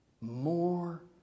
more